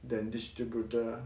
than distributor